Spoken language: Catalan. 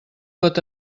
pot